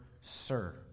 sir